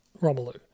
Romelu